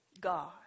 God